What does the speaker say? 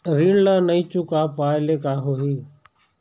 ऋण ला नई चुका पाय ले का होही?